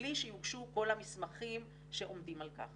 מבלי שיוגשו כל המסמכים שעומדים על כך.